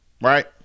right